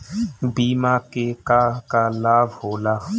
बिमा के का का लाभ होला?